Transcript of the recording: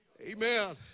Amen